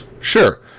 Sure